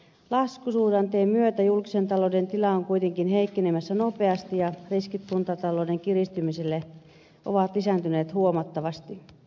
laskusuhdanteen myötä julkisen talouden tila on kuitenkin heikkenemässä nopeasti ja riskit kuntatalouden kiristymiselle ovat lisääntyneet huomattavasti